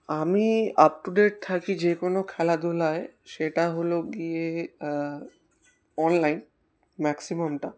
আমি up to date থাকি যে কোনো খেলাধুলায় সেটা হলো গিয়ে অনলাইন ম্যাক্সিমামটা